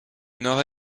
nord